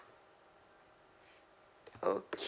okay